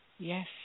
Yes